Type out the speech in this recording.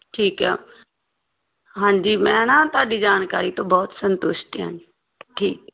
ਠੀਕ ਹੈ ਹਾਂਜੀ ਮੈਂ ਨਾ ਤੁਹਾਡੀ ਜਾਣਕਾਰੀ ਤੋਂ ਬਹੁਤ ਸੰਤੁਸ਼ਟ ਹੈ ਠੀਕ